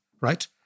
Right